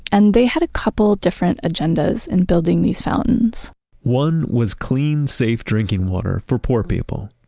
and they had a couple different agendas in building these fountains one was clean, safe drinking water for poor people,